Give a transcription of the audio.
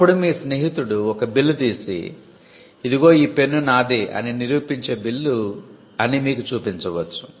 అప్పుడు మీ స్నేహితుడు ఒక బిల్ తీసి ఇదిగో ఈ పెన్ నాదే అని నిరూపించే బిల్ అని మీకు చూపించవచ్చు